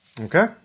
Okay